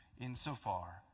insofar